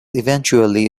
eventually